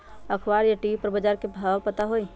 अखबार या टी.वी पर बजार के भाव पता होई?